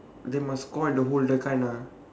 they must score in the hole that kind ah